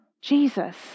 Jesus